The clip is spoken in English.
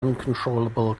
uncontrollable